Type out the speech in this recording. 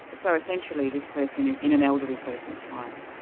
so essentially, this person is in an elderly persons' home?